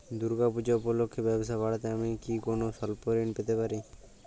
দূর্গা পূজা উপলক্ষে ব্যবসা বাড়াতে আমি কি কোনো স্বল্প ঋণ পেতে পারি?